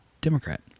Democrat